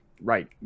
right